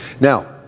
Now